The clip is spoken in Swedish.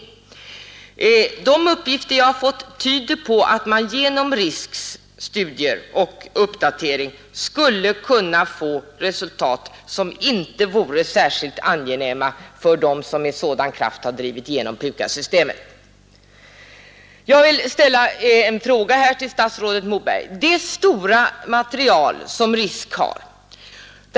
De uppgifter jag har fått tyder på att man genom RISK s studier och uppdatering skulle kunna få resultat som inte vore särskilt angenäma för dem som med sådan kraft har drivit igenom PUKAS-systemet. Jag vill ställa en fråga till statsrådet Moberg beträffande det stora material som RISK har.